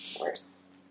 worse